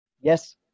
Yes